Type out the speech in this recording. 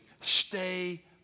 stay